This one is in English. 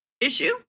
issue